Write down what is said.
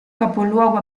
capoluogo